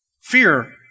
Fear